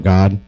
God